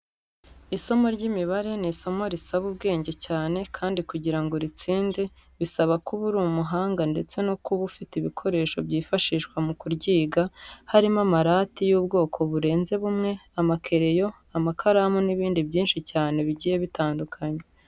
Isomo ry'imibare ni isomo risaba ubwenge cyane kandi kugira ngo uritsinde bisaba kuba uri umuhanga ndetse no kuba ufite ibikoresho byifashishwa mu kuryiga, harimo amarati y'ubwoko burenze bumwe, amakereyo, amakaramu n'ibindi byinshi cyane bigiye bitandukanye.